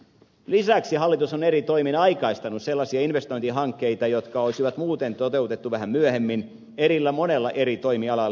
lisäksi hallitus on eri toimin aikaistanut sellaisia investointihankkeita jotka olisi muuten toteutettu vähän myöhemmin monella eri toimialalla